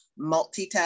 multitask